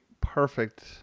perfect